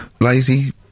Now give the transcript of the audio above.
lazy